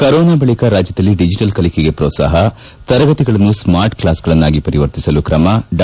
corona ಬಳಿಕ ರಾಜ್ಯದಲ್ಲಿ digital ಕಲಿಕೆಗೆ ಪೋತಾಪ ತರಗತಿಗಳನ್ನು ಸ್ನಾರ್ಟ್ಕ್ವಾಸ್ಗಳನ್ನಾಗಿ ಪರಿವರ್ತಿಸಲು ಕ್ರಮ ಡಾ